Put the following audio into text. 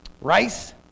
Rice